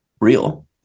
real